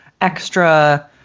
extra